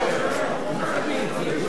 אקפיד.